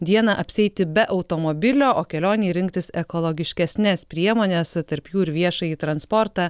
dieną apsieiti be automobilio o kelionei rinktis ekologiškesnes priemones tarp jų ir viešąjį transportą